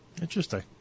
Interesting